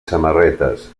samarretes